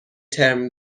ترم